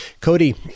Cody